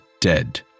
dead